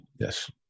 Yes